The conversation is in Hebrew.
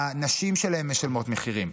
הנשים שלהם משלמות מחירים,